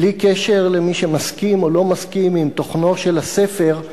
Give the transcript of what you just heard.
בלי קשר למי שמסכים או לא מסכים עם תוכנו של הספר,